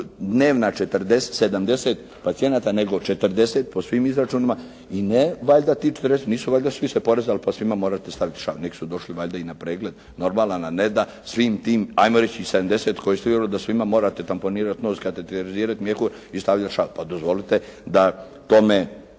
dnevna 70 pacijenata, nego 40 po svim izračunima i ne, valjda tih 40 nisu valjda svi se porezali pa svima morate staviti šav. Neki su došli valjda i na pregled normalan, a ne da svim tim, hajmo reći i 70 … /Govornik se ne razumije./ … da svima morate tamponirati nos, kateterizirati mjehur i stavljati šav. Pa dozvolite da tome